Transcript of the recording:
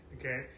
Okay